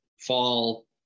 fall